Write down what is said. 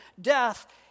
death